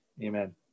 amen